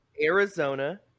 arizona